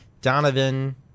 Donovan